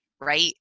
right